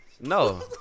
No